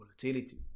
volatility